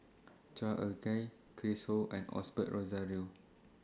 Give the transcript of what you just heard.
Chua Ek Kay Chris Ho and Osbert Rozario